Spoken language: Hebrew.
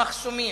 המחסומים,